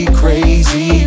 crazy